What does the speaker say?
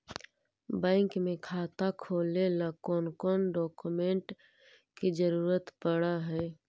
Bank में खाता खोले ल कौन कौन डाउकमेंट के जरूरत पड़ है?